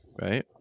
right